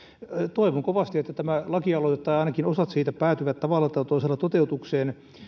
toivon kovasti että tämä lakialoite tai ainakin osat siitä päätyvät tavalla tai toisella toteutukseen